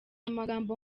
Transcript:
amagambo